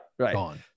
Right